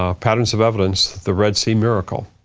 ah patterns of evidence, the red sea miracle.